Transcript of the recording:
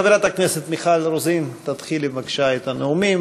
חברת הכנסת מיכל רוזין, תתחילי בבקשה את הנאומים.